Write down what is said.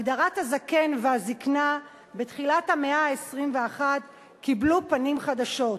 הגדרת הזקן והזיקנה בתחילת המאה ה-21 קיבלה פנים חדשות.